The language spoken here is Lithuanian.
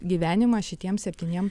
gyvenimą šitiem septyniem